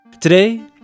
Today